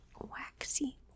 waxy